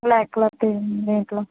black colour తీయండి దీంట్లో